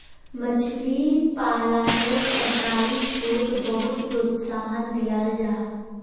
मछली पालानोत सरकारी स्त्रोत बहुत प्रोत्साहन दियाल जाहा